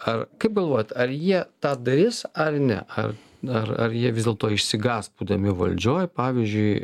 ar kaip galvojat ar jie tą darys ar ne ar na ar ar jie vis dėlto išsigąs būdami valdžioj pavyzdžiui